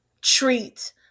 treat